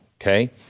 okay